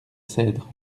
cedres